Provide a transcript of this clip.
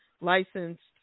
licensed